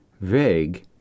Vague